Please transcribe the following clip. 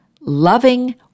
loving